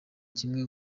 kimwe